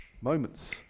Moments